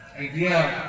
idea